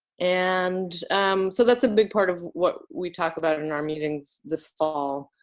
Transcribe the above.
and um so that's a big part of what we talk about in our meetings this fall.